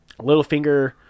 Littlefinger